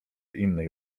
innej